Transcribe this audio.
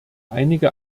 einige